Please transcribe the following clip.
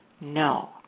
No